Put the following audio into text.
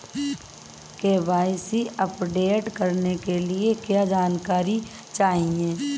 KYC update करने के लिए क्या जानकारी चाहिए?